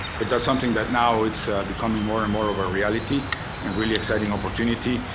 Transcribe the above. but that's something that now it's becoming more and more of a reality and really exciting opportunity,